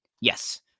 yes